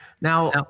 Now